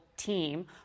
team